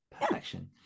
Perfection